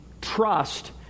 trust